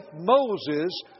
Moses